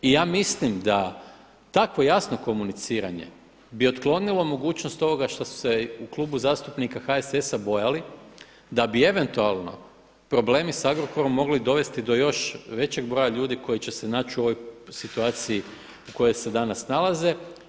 I ja mislim da tako jasno komuniciranje bi otklonilo mogućnost ovoga što su se u Klubu zastupnika HSS-a bojali da bi eventualno problemi sa Agrokorom mogli dovesti do još većeg broja ljudi koji će se naći u ovoj situaciji u kojoj se danas nalaze.